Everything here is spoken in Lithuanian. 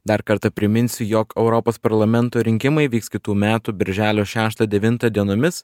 dar kartą priminsiu jog europos parlamento rinkimai vyks kitų metų birželio šeštą devintą dienomis